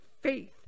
faith